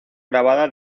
grabada